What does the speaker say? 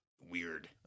Weird